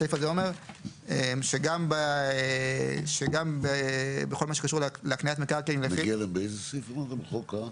הסעיף הזה אומר שגם בכל מה שקשור להקניית מקרקעין זה בעצם מחיל